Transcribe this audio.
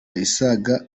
isaga